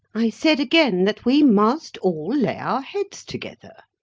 i said again, that we must all lay our heads together.